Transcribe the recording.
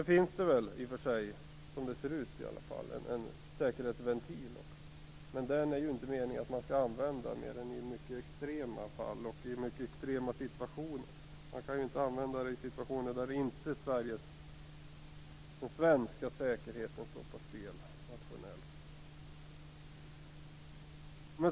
Nu finns det i och för sig, som det ser ut i alla fall, en säkerhetsventil. Men den är det inte meningen att man skall använda annat än i mycket extrema fall och i mycket extrema situationer. Man kan inte använda den i situationer där den svenska säkerheten inte står på spel.